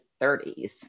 30s